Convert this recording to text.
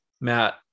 Matt